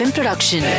Production